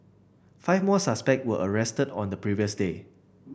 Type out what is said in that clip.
five more suspect were arrested on the previous day